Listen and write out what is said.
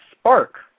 Spark